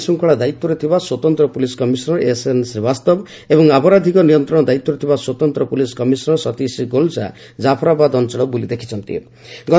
ଆଜି ମଧ୍ୟ ଆଇନ୍ଶ୍ରଙ୍ଖଳା ଦାୟିତ୍ୱରେ ଥିବା ସ୍ୱତନ୍ତ୍ର ପୁଲିସ କମିଶନର ଏସ୍ଏନ୍ ଶ୍ରୀବାସ୍ତବ ଏବଂ ଅପରାଧିକ ନିୟନ୍ତ୍ରଣ ଦାୟିତ୍ୱରେ ଥିବା ସ୍ୱତନ୍ତ୍ର ପୁଲିସ କମିଶନର ସତୀଶ ଗୋଲ୍ଚା ଜାଫରାବାଦ ଅଞ୍ଚଳ ବୁଲି ଦେଖିଛନ୍ତି